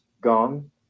gong